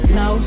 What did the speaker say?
no